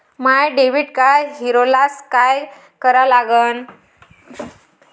माय debit card हरोल्यास काय करा लागन?